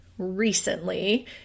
Recently